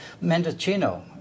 Mendocino